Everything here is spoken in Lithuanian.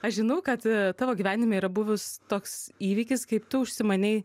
aš žinau kad tavo gyvenime yra buvus toks įvykis kai tu užsimanei